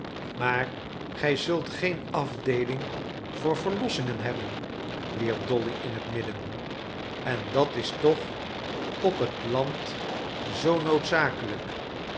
maar gij zult geen afdeeling voor verlossingen hebben wierp dolly in het midden en dat is toch op het land zoo noodzakelijk